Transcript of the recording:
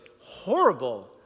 horrible